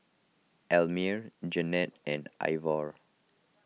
Elmer Jeanette and Ivor